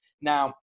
Now